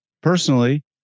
personally